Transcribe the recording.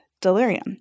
delirium